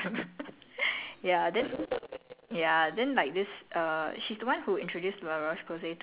I just like as long as you don't buy their product any advice you just take from them ya then